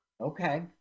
Okay